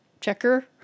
checker